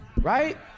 right